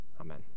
Amen